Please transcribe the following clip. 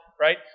right